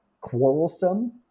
quarrelsome